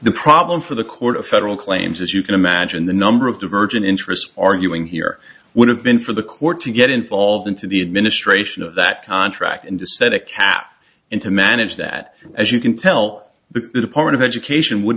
the problem for the court of federal claims as you can imagine the number of divergent interests arguing here would have been for the court to get involved into the administration of that contract and to set a cap and to manage that as you can tell the department of education would